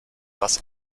das